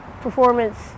performance